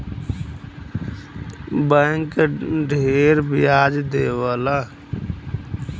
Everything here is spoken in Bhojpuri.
बैंक ढेर ब्याज देवला